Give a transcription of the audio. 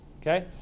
Okay